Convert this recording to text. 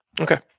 Okay